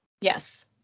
Yes